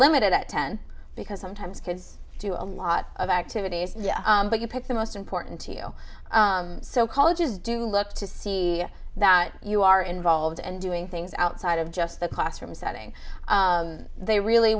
limit it at ten because sometimes kids do a lot of activities but you pick the most important to you so colleges do look to see that you are involved and doing things outside of just the classroom setting they really